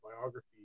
biography